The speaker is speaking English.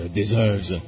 deserves